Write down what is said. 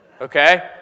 Okay